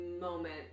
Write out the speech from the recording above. moment